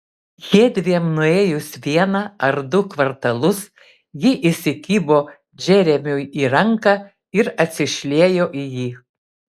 jiedviem nuėjus vieną ar du kvartalus ji įsikibo džeremiui į ranką ir atsišliejo į jį